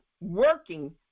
working